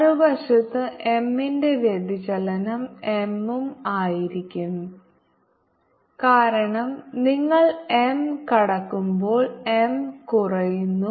മറുവശത്ത് M ന്റെ വ്യതിചലനം M ഉം ആയിരിക്കും കാരണം നിങ്ങൾ M കടക്കുമ്പോൾ M കുറയുന്നു